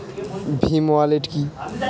Bhim wallet কি?